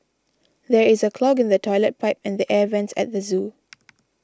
there is a clog in the Toilet Pipe and the Air Vents at the zoo